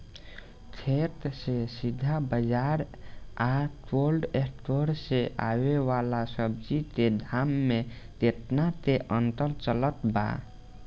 खेत से सीधा बाज़ार आ कोल्ड स्टोर से आवे वाला सब्जी के दाम में केतना के अंतर चलत बा?